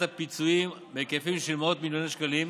הפיצויים בהיקפים של מאות מיליוני שקלים,